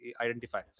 identify